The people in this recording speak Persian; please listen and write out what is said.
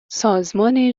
سازمان